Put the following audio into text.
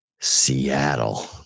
Seattle